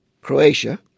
Croatia